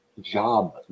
job